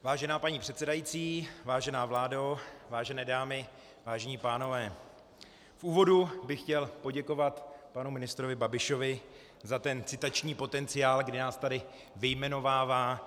Vážená paní předsedající, vážená vládo, vážené dámy, vážení pánové, v úvodu bych chtěl poděkovat panu ministrovi Babišovi za ten citační potenciál, kdy nás tady vyjmenovává.